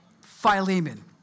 Philemon